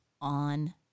On